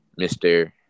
Mr